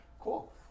Cool